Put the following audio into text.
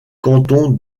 canton